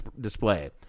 display